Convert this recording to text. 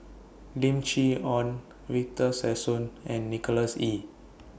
Lim Chee Onn Victor Sassoon and Nicholas Ee